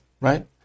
right